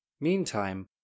Meantime